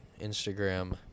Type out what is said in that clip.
instagram